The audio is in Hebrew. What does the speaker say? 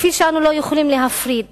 כפי שאנו לא יכולים להפריד